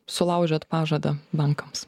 sulaužėt pažadą bankams